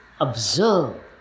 observe